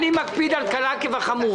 אני מקפיד על קלה כבחמורה.